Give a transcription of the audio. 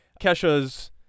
Kesha's